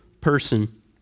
person